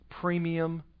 premium